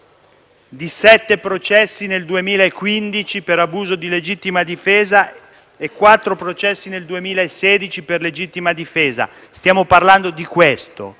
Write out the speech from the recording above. di sette processi nel 2015 per abuso di legittima difesa e di quattro processi nel 2016 per legittima difesa: stiamo parlando di questo